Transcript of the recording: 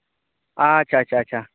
ᱟᱪᱪᱷᱟ ᱟᱪᱪᱷᱟ ᱟᱪᱪᱷᱟ